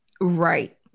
Right